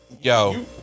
Yo